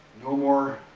no more,